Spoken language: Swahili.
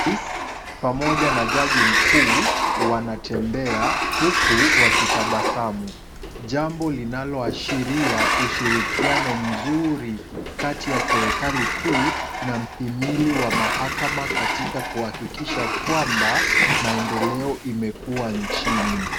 Rais pamoja na jaji mkuu wanatembea huku wakitabasamu, jambo linaloashiria ushirikiano mzuri kati ya serikali kuu na mhimili wa mahakama katika kuhakikisha kwamba maendeleo imekuwa nchini.